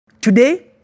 Today